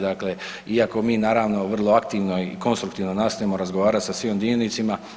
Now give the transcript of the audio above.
Dakle, iako mi naravno vrlo aktivno i konstruktivno nastojimo razgovarati sa svim dionicima.